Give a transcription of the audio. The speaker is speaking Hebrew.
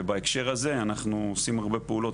ובהקשר הזה אנחנו עושים הרבה פעולות